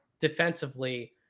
defensively